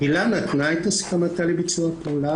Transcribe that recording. הילה נתנה את הסכמתה לביצוע הפעולה,